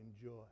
enjoy